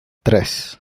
tres